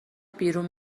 بیرون